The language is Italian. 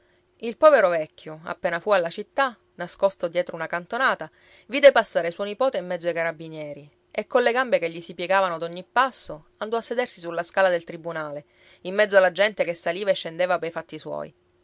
il povero vecchio appena fu alla città nascosto dietro una cantonata vide passare suo nipote in mezzo ai carabinieri e colle gambe che gli si piegavano ad ogni passo andò a sedersi sulla scala del tribunale in mezzo alla gente che saliva e scendeva pei fatti suoi